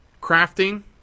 Crafting